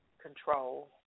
control